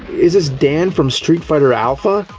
is this dan from street fighter alpha?